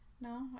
No